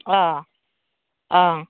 अ ओं